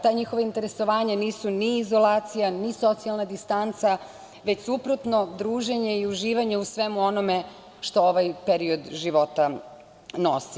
Ta njihova interesovanja nisu ni izolacija ni socijalna distanca, već suprotno, druženje i uživanje u svemu onome što ovaj period života nosi.